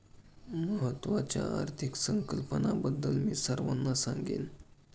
महत्त्वाच्या आर्थिक संकल्पनांबद्दल मी सर्वांना सांगेन